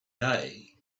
day